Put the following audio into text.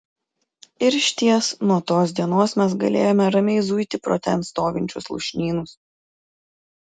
ir išties nuo tos dienos mes galėjome ramiai zuiti pro ten stovinčius lūšnynus